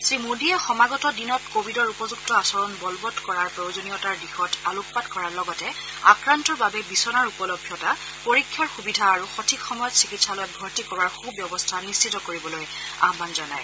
শ্ৰীমোদীয়ে সমাগত দিনত কোৱিডৰ উপযুক্ত আচৰণ বলবৎ কৰাৰ প্ৰয়োজনীয়তাৰ দিশত আলোকপাত কৰাৰ লগতে আক্ৰান্তৰ বাবে বিচনাৰ উপলভ্যতা পৰীক্ষাৰ সুবিধা আৰু সঠিক সময়ত চিকিৎসালয়ত ভৰ্তি কৰোৱাৰ সুব্যৱস্থা নিশ্চিত কৰিবলৈ আহান জনায়